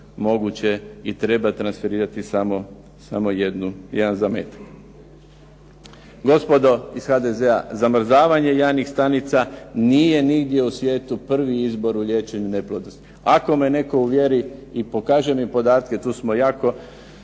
moguće i treba transferirati samo jedan zametak. Gospodo iz HDZ-a zamrzavanje jajnih stanica, nije nigdje u svijetu prvi izbor liječenja neplodnosti. Ako me netko uvjeti i pokaže mi podatke, tu smo jako